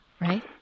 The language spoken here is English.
right